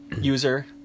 user